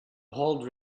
hold